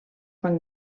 van